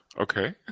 Okay